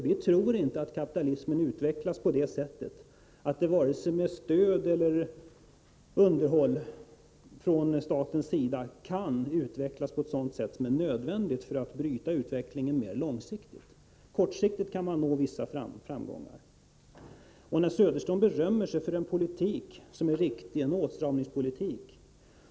Vi tror nämligen inte att kapitalismen, genom stöd eller underhåll från statens sida, kan utvecklas så som är nödvändigt för att bryta trenden mera långsiktigt. Kortsiktigt kan man ju nå vissa framgångar. Bo Södersten berömmer sig av en politik som är riktig — en åtstramningspolitik.